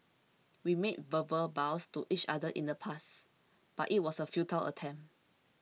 we made verbal vows to each other in the past but it was a futile attempt